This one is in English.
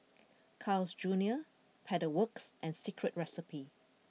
Carl's Junior Pedal Works and Secret Recipe